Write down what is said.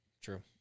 True